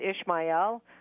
Ishmael